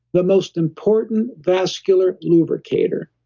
the most important vascular lubricator.